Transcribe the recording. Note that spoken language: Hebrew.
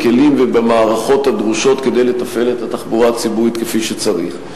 בכלים ובמערכות הדרושות כדי לתפעל את התחבורה הציבורית כפי שצריך.